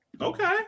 okay